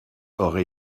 aurait